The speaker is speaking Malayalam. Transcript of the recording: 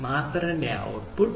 മാപ്പറിന്റെ ഔട്ട്പുട്ട്